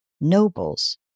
nobles